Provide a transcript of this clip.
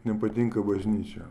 nepatinka bažnyčia